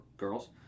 girls